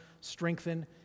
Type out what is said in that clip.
strengthen